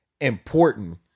important